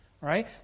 right